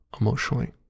emotionally